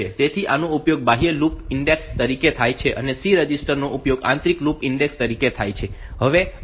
તેથી આનો ઉપયોગ બાહ્ય લૂપ ઇન્ડેક્સ તરીકે થાય છે અને C રજિસ્ટર નો ઉપયોગ આંતરિક લૂપ ઈન્ડેક્સ તરીકે થાય છે હવે આ ઘટાડો C છે